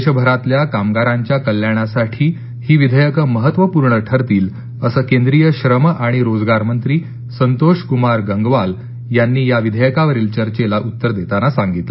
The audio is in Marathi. देशभरातल्या कामगारांच्या कल्याणासाठी ही विधेयक महत्त्वपूर्ण ठरतील अस केंद्रीय श्रम आणि रोजगार मंत्री संतोष कुमार गंगवाल यांनी या विधेयका वरील चर्चेला उत्तर देताना सांगितलं